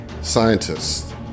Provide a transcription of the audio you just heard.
scientists